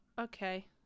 Okay